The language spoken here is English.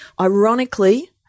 ironically –